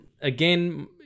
Again